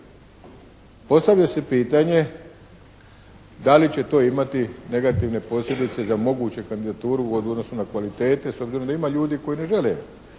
Postavlja se pitanje da li će to imati negativne posljedice za moguću kandidaturu u odnosu na kvalitete s obzirom da ima ljudi koji ne žele